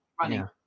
running